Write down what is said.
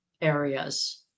areas